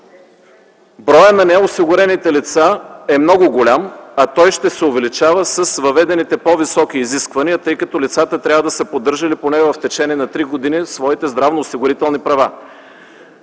Броят на неосигурените лица е много голям, а той ще се увеличава с въведените по-високи изисквания, тъй като лицата трябва да са поддържали поне в течение на три години своите здравноосигурителни права.